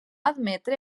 admetre